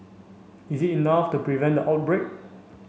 is it enough to prevent the outbreak